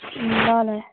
ल ल